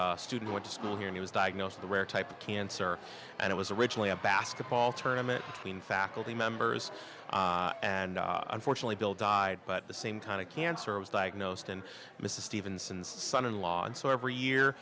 a student went to school here he was diagnosed the rare type of cancer and it was originally a basketball tournament when faculty members and unfortunately bill died but the same kind of cancer was diagnosed and mrs stevenson son in law and so every year